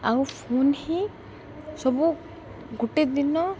ଆଉ ଫୋନ୍ ହିଁ ସବୁ ଗୋଟେ ଦିନ